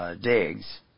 digs